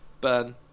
burn